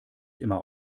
immer